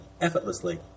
effortlessly